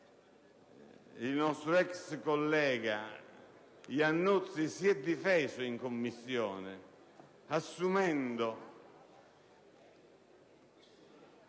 il nostro ex collega Iannuzzi si è difeso in Commissione assumendo